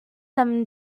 them